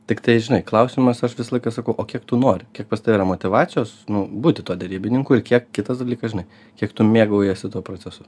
tiktai žinai klausimas aš visą laiką sakau o kiek tu nori kiek pas tave yra motyvacijos būti tuo derybininku ir kiek kitas dalykas žinai kiek tu mėgaujiesi tuo procesu